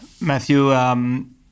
Matthew